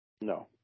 No